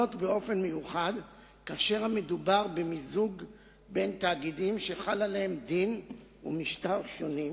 במיוחד כאשר מדובר במיזוג בין תאגידים שחל עליהם דין ומשטר שונים,